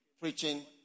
preaching